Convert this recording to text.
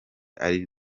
ari